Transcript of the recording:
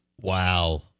Wow